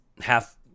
half